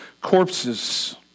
corpses